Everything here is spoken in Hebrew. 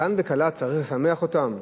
חתן וכלה, צריך לשמח אותם?